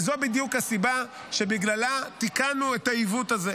וזו בדיוק הסבה שבגללה תיקנו את העיוות הזה.